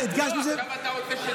עכשיו אתה רוצה מה?